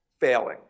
failing